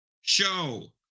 show